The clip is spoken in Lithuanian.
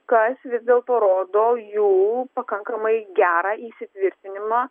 kas vis dėlto rodo jų pakankamai gerą įsitvirtinimą